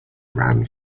ran